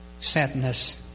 sadness